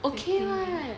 fifteen minutes